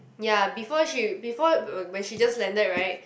ya before she before when she just landed right